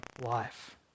life